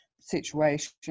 situation